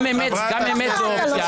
גם אמת זו אופציה.